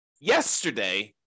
yesterday